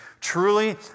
Truly